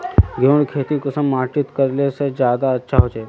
गेहूँर खेती कुंसम माटित करले से ज्यादा अच्छा हाचे?